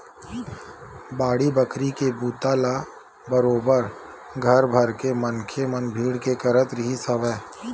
बाड़ी बखरी के बूता ल बरोबर घर भरके मनखे मन भीड़ के करत रिहिस हवय